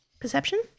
perception